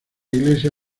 iglesia